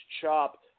chop